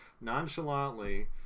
nonchalantly